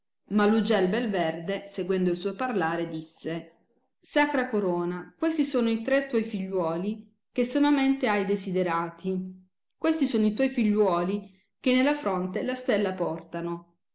ma lo gel bel verde seguendo il suo parlare disse sacra corona questi sono i tre tuoi figliuoli che sommamente hai desiderati questi sono i tuoi figliuoli che nella fronte la stella portano